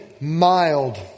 mild